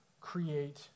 create